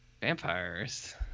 Vampires